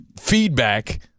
feedback